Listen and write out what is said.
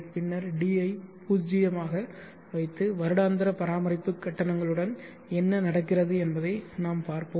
பின்னர் d ஐ பூஜ்ஜியமாக வைத்து வருடாந்திர பராமரிப்பு கட்டணங்களுடன் என்ன நடக்கிறது என்பதை நாம் பார்ப்போம்